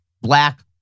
black